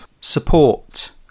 support